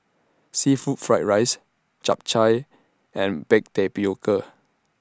Seafood Fried Rice Chap Chai and Baked Tapioca